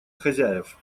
хозяев